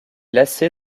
lassé